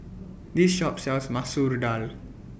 This Shop sells Masoor Dal